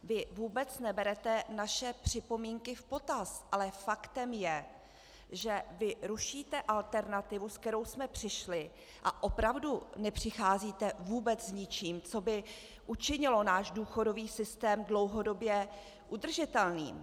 Vy vůbec neberete naše připomínky v potaz, ale faktem je, že vy rušíte alternativu, se kterou jsme přišli, a opravdu nepřicházíte vůbec s ničím, co by učinilo náš důchodový systém dlouhodobě udržitelným.